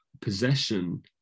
possession